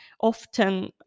often